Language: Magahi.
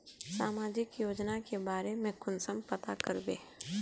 सामाजिक योजना के बारे में कुंसम पता करबे?